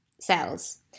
cells